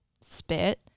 spit